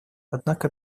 однако